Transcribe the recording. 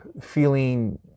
feeling